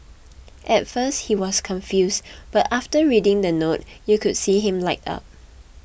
at first he was confused but after reading the note you could see him light up